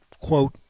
quote